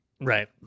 Right